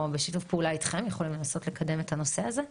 בשיתוף פעולה איתכם יכולים לנסות לקדם בנושא הזה?